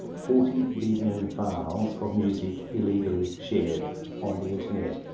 forty billion files of music illegally shared on the internet,